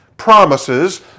promises